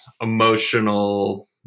emotional